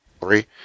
Three